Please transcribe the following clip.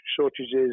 shortages